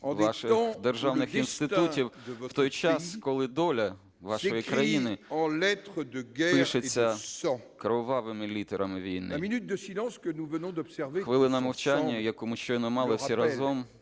ваших державних інститутів, в той час, коли доля вашої країни пишеться кровавими літерами війни. Хвилина мовчання, яку ми щойно мали всі разом,